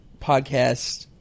podcast